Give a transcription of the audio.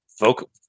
vocal